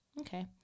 Okay